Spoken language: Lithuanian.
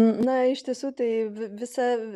na iš tiesų tai visa